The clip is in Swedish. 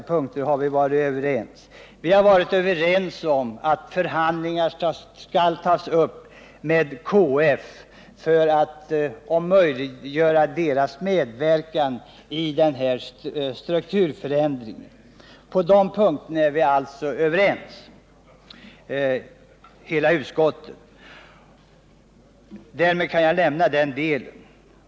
På de punkterna har vi varit överens, och vi har vidare varit ense om att förhandlingar skall tas upp med KF för att möjliggöra KF:s medverkan i denna strukturförändring. På samtliga dessa punkter är utskottet alltså enigt. —- Därmed kan jag lämna den delen.